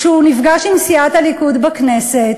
כשהוא נפגש עם סיעת הליכוד בכנסת